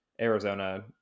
arizona